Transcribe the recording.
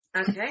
Okay